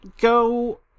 go